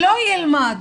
שלא ילמד